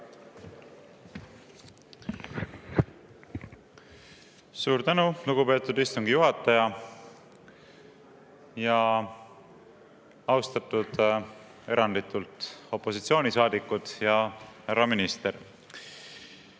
Suur tänu, lugupeetud istungi juhataja! Austatud eranditult opositsioonisaadikud ja härra minister!14.